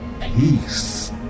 Peace